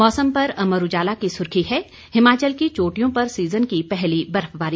मौसम पर अमर उजाला की सुर्खी है हिमाचल की चोटियों पर सीजन की पहली बर्फबारी